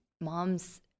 moms